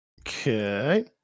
Okay